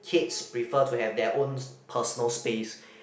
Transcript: kids prefer to have their own personal space